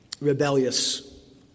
rebellious